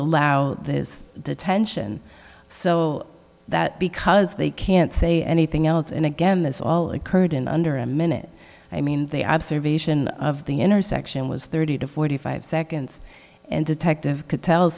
allow this detention so that because they can't say anything else and again this all occurred in under a minute i mean they observation of the intersection was thirty to forty five seconds and detective could tell